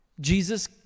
Jesus